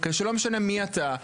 כך שלא משנה מי אתה,